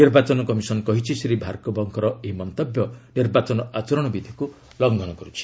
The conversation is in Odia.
ନିର୍ବାଚନ କମିଶନ୍ କହିଛି ଶ୍ରୀ ଭାର୍ଗବଙ୍କର ଏହି ମନ୍ତବ୍ୟ ନିର୍ବାଚନ ଆଚରଣବିଧିକୁ ଲଙ୍ଘନ କରୁଛି